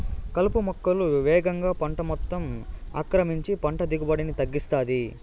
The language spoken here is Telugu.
కలుపు మొక్కలు వేగంగా పంట మొత్తం ఆక్రమించి పంట దిగుబడిని తగ్గిస్తాయి